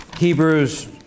Hebrews